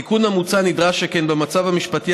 התיקון המוצע נדרש שכן במצב המשפטי